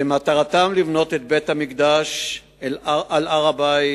שמטרתם לבנות את בית-המקדש על הר-הבית.